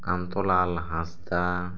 Kantalal Hansda